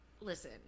listen